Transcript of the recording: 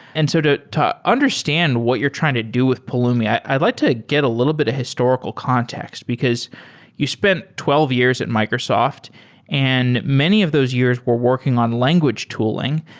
and so to to understand what you're trying to do with pulumi, i'd like to get a little bit a historical context because you spent twelve years at microsoft and many of those years were working on language tooling.